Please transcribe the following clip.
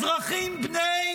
אזרחים בני